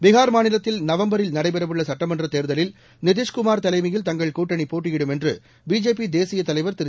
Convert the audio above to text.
பீகார் மாநிலத்தில் நவம்பரில் நடைபெறவுள்ள சட்டமன்றத் தேர்தலில் நிதிஷ்குமார் தலைமையில் தங்கள் கூட்டணி போட்டியிடும் என்று பிஜேபி தேசிய தலைவர் திரு